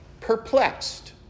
perplexed